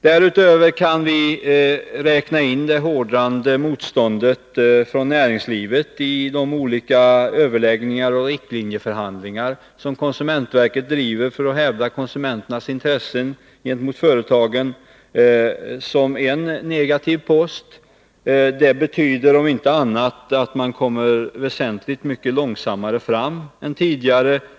Därutöver kan vi räkna in det hårdnande motståndet från näringslivet i de olika överläggningar och riktlinjeförhandlingar som konsumentverket bedriver för att hävda konsumenternas intressen gentemot företagen som en negativ post. Det betyder om inte annat att man kommer fram till resultat väsentligt mycket långsammare än tidigare.